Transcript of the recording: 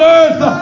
earth